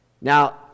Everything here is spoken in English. Now